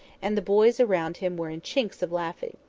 and the boys around him were in chinks of laughing.